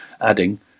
adding